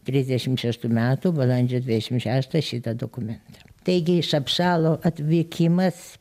trisdešim šeštų metų balandžio dvidešim šeštą šitą dokumentą taigi šapšalo atvykimas